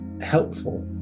helpful